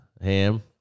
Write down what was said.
Ham